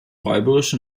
räuberisch